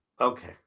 Okay